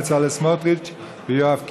בצלאל סמוטריץ ויואב קיש.